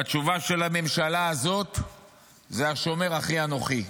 והתשובה של הממשלה הזאת זה: השומר אחי אנוכי?